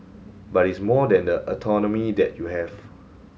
but it's more than the autonomy that you have